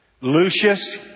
Lucius